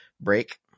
break